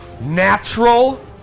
Natural